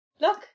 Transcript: Look